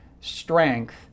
strength